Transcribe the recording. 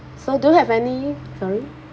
so do you have any sorry